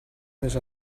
més